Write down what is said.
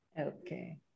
Okay